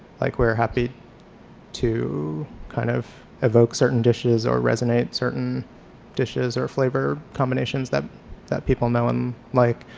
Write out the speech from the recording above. like we're happy to kind of evoke certain dishes or resonate certain dishes or flavor combinations that that people know and like,